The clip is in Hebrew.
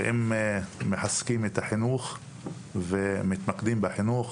ואם מחזקים את החינוך ומתמקדים בחינוך,